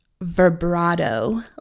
vibrato